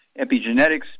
Epigenetics